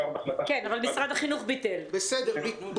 כן, אבל משרד החינוך ביטל אותן.